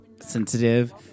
sensitive